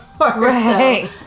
Right